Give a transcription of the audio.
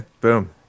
boom